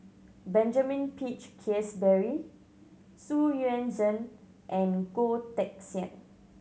Benjamin Peach Keasberry Xu Yuan Zhen and Goh Teck Sian